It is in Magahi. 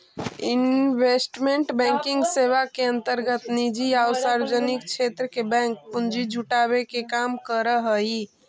इन्वेस्टमेंट बैंकिंग सेवा के अंतर्गत निजी आउ सार्वजनिक क्षेत्र के बैंक पूंजी जुटावे के काम करऽ हइ